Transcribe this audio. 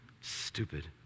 Stupid